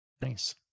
Thanks